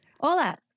Hola